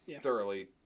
thoroughly